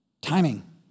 Timing